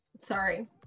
Sorry